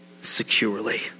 securely